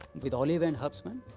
with olives and herbs, ma'am?